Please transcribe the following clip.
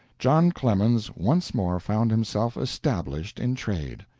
john clemens once more found himself established in trade.